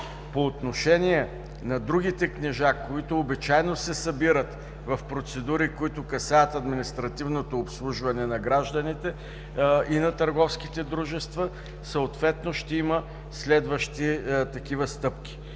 По отношение на другите книжа, които обичайно се събират в процедури, които касаят административното обслужване на гражданите и на търговските дружества, съответно ще има следващи такива стъпки.